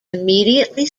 immediately